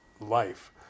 life